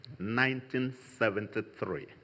1973